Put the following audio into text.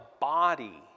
body